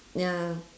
ya